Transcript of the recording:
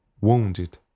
wounded